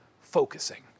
focusing